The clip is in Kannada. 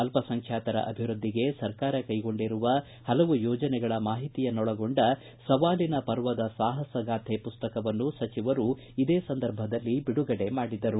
ಅಲ್ಪಸಂಖ್ಯಾತರ ಅಭಿವೃದ್ಧಿಗೆ ಸರ್ಕಾರ ಕೈಗೊಂಡಿರುವ ಪಲವು ಯೋಜನೆಗಳ ಮಾಹಿತಿಯನ್ನೊಳಗೊಂಡ ಸವಾಲಿನ ಪರ್ವದ ಸಾಹಸ ಗಾಥೆ ಪುಸ್ತಕವನ್ನು ಸಚಿವರು ಇದೇ ಸಂದರ್ಭದಲ್ಲಿ ಬಿಡುಗಡೆ ಮಾಡಿದರು